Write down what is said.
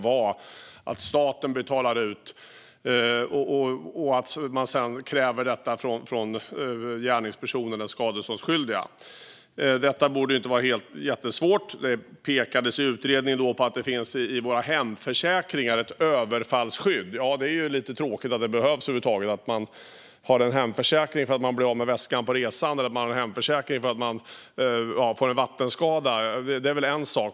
Men utredaren pekade på att det inom ramen för direktivet, som det såg ut då, var svårt att föreslå en sådan ändring. Det pekades i utredningen också på att det finns ett överfallsskydd i våra hemförsäkringar. Ja, det är ju lite tråkigt att det behövs över huvud taget. Att man har en hemförsäkring för det fall att man blir av med väskan på resan eller får en vattenskada är väl en sak.